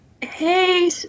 Hey